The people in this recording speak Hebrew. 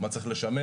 מה צריך לשמר,